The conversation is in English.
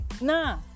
nah